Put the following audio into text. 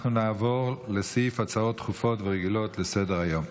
אנחנו נעבור לסעיף הצעות דחופות ורגילות לסדר-היום.